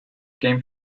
came